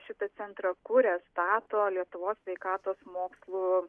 šitą centrą kuria stato lietuvos sveikatos mokslų